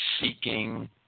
seeking